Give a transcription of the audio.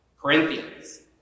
Corinthians